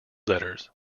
letters